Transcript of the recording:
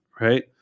right